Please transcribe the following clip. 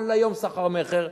כל היום סחר-מכר.